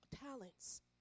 talents